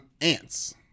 Ants